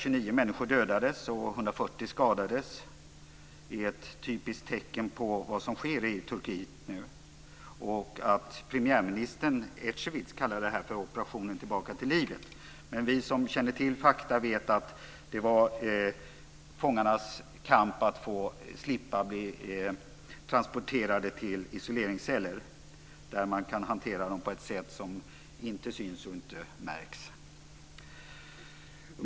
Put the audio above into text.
29 människor dödades och 140 skadades. Premiärminister Ecevit kallar det här för "Operation tillbaka till livet", men vi som känner till fakta vet att det handlade om fångarnas kamp för att slippa bli transporterade till isoleringsceller där man kan hantera dem på ett sätt som inte syns och inte märks.